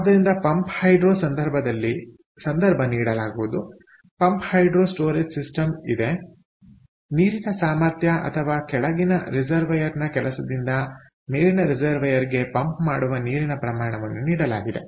ಆದ್ದರಿಂದ pump hydro ಸಂದರ್ಭ ನೀಡಲಾಗಿರುವುದು ಪಂಪ್ ಹೈಡ್ರೊ ಸ್ಟೋರೇಜ್ ಸಿಸ್ಟಮ್ ಇದೆ ನೀರಿನ ಸಾಮರ್ಥ್ಯ ಅಥವಾ ಕೆಳಗಿನ ರಿಸರ್ವೈಯರ್ನ ಕೆಲಸದಿಂದ ಮೇಲಿನ ರಿಸರ್ವೈಯರ್ಗೆ ಪಂಪ್ ಮಾಡುವ ನೀರಿನ ಪ್ರಮಾಣವನ್ನು ನೀಡಲಾಗಿದೆ